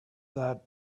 that